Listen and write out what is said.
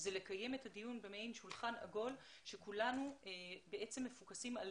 הוא לקיים את הדיון במעין שולחן עגול שכולנו מפוקסים על